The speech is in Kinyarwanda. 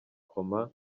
koma